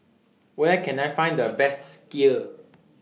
Where Can I Find The Best Kheer